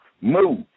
move